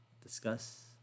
discuss